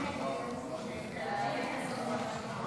התשפ"ד 2024,